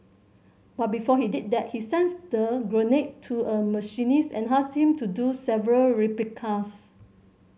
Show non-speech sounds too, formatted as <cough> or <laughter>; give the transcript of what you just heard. but before he did that he <unintelligible> the grenade to a machinist and asked him to do several replicas